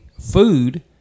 food